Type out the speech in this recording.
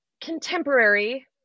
Contemporary